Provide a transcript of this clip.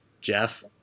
Jeff